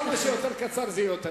כמה שיותר קצר זה יהיה יותר טוב.